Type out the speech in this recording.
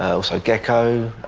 also gecko,